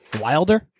wilder